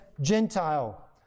Gentile